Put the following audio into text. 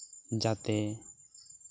ᱡᱟᱛᱮ